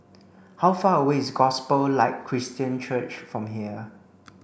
how far away is Gospel Light Christian Church from here